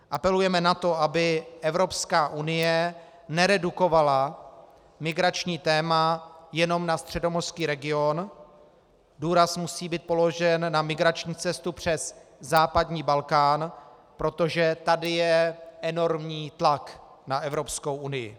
Apelujeme na to, aby Evropská unie neredukovala migrační téma jenom na středomořský region, důraz musí být položen na migrační cestu přes západní Balkán, protože tady je enormní tlak na Evropskou unii.